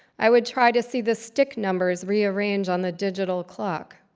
i would try to see the stick numbers rearrange on the digital clock.